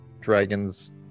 dragons